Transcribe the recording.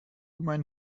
mein